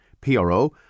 PRO